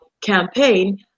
campaign